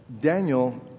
Daniel